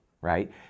right